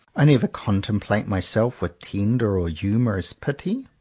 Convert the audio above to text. i never contemplate myself with tender or humorous pity.